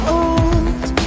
old